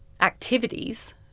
activities